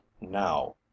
now